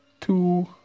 two